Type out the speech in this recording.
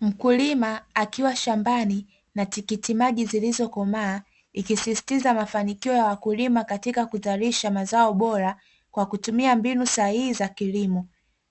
Mkulima akiwa shambani na tikiti maji zilizokomaa ikisisitiza mafanikio ya wakulima katika kuzalisha mazao bora, kwa kutumia mbinu sahihi za kilimo